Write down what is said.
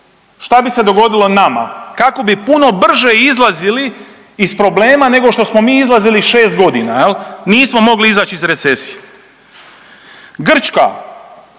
šta bi se dogodilo nama, kako bi puno brže izlazili iz problema nego što smo mi izlazili šest godina, nismo mogli izać iz recesije. Grčka,